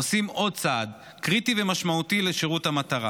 עושים עוד צעד קריטי ומשמעותי לשירות המטרה